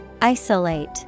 Isolate